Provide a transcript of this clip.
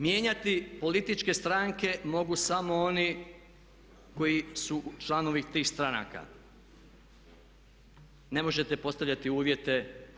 Mijenjati političke stranke mogu samo oni koji su članovi tih stranka, ne možete postavljati uvjete.